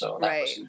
Right